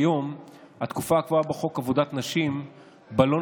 כיום התקופה הקבועה בחוק עבודת נשים שבה לא